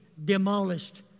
demolished